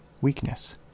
weakness